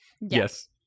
Yes